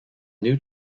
new